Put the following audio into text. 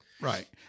Right